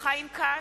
חיים כץ,